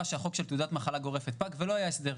שהחוק של תעודת מחלה גורפת פג ולא היה הסדר.